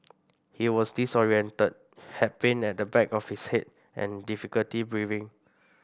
he was disorientated had pain at the back of his head and difficulty breathing